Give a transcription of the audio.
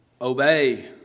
obey